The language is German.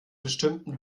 bestimmten